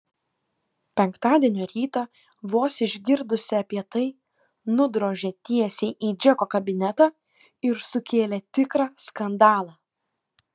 penktadienio rytą vos išgirdusi apie tai nudrožė tiesiai į džeko kabinetą ir sukėlė tikrą skandalą